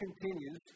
continues